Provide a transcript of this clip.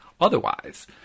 otherwise